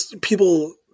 people